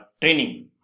training